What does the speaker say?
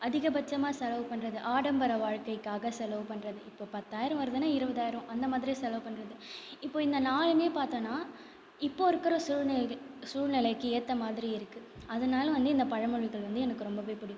அதிகபட்சமாக செலவு பண்ணுறது ஆடம்பர வாழ்க்கைக்காக செலவு பண்ணுறது இப்போது பத்தாயிரம் வருதுன்னால் இருபதாயிரம் அந்த மாதிரி செலவு பண்ணுறது இப்போது இந்த நாலுமே பார்த்தோன்னா இப்போது இருக்கிற சூழ்நிலைகள் சூழ்நிலைக்கு ஏற்ற மாதிரி இருக்குது அதனாலே வந்து இந்த பழமொழிகள் வந்து எனக்கு ரொம்பவே பிடிக்கும்